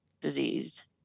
disease